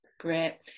Great